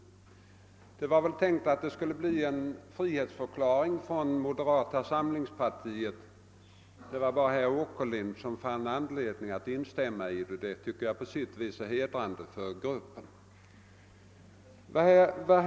Anförandet var väl tänkt att bli en frihetsförklaring från moderata samlingspartiet. Det var bara herr Åkerlind som fann anledning att instämma i det, och det tycker jag på sitt vis är hedrande för den moderata gruppen.